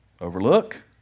overlook